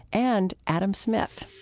and adam smith